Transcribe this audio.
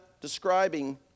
describing